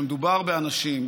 כשמדובר באנשים,